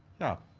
yeah.